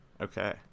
okay